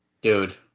dude